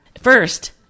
First